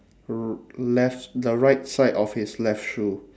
r~ left the right side of his left shoe